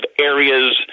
areas